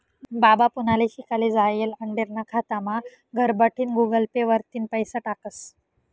बाबा पुनाले शिकाले जायेल आंडेरना खातामा घरबठीन गुगल पे वरतीन पैसा टाकस